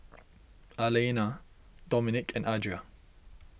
Alaina Dominik and Adria